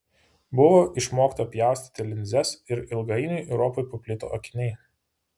buvo išmokta pjaustyti linzes ir ilgainiui europoje paplito akiniai